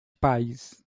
país